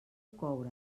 coure